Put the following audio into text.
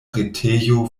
retejo